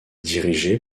dirigée